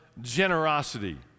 Generosity